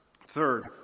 third